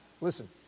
Listen